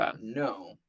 No